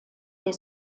der